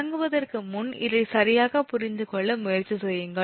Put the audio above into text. தொடங்குவதற்கு முன் இதை சரியாக புரிந்து கொள்ள முயற்சி செய்யுங்கள்